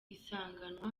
isiganwa